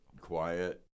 quiet